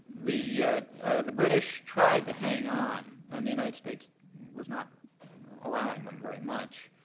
the the british tried to hang on. and the united states was not allowing them very much.